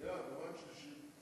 מה עם שלישית?